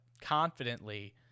confidently